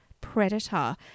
predator